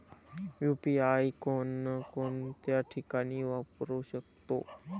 UPI कोणकोणत्या ठिकाणी वापरू शकतो?